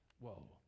Whoa